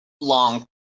long